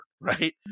right